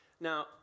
Now